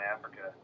Africa